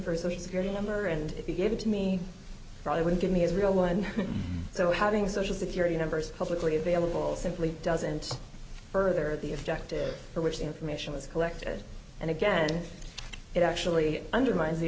his social security number and if he gave it to me probably wouldn't give me his real one so having social security numbers publicly available simply doesn't further the objective for which information is collected and again it actually undermines the